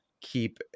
keep